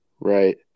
Right